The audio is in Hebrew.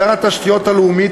שר התשתיות הלאומיות,